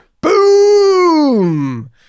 Boom